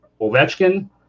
Ovechkin